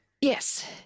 Yes